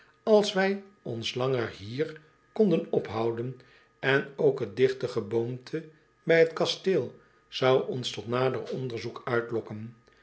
als wij ons langer hier konden ophouden en ook het digte geboomte bij het kasteel zou ons tot nader onderzoek uitlokken